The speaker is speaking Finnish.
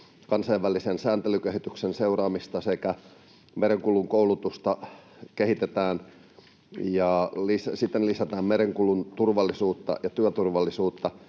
kansainvälisen sääntelykehityksen seuraamista sekä sitä, että merenkulun koulutusta kehitetään ja siten lisätään merenkulun turvallisuutta ja työturvallisuutta.